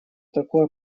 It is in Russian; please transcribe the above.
такое